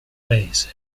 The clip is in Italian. paese